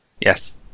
Yes